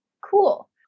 Cool